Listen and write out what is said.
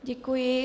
Děkuji.